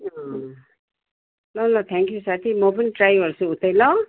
अँ ल ल थ्याङ्क यू साथी म पनि ट्राई गर्छु उतै ल